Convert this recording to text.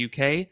UK